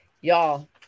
y'all